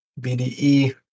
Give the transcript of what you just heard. BDE